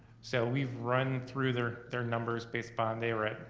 so we've run through their their numbers based upon their